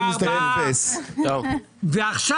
עכשיו,